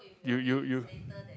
you you you